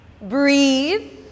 breathe